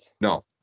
No